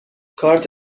کارت